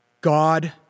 God